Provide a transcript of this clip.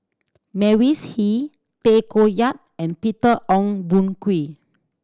Mavis Hee Tay Koh Yat and Peter Ong Boon Kwee